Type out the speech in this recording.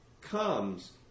comes